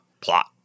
plot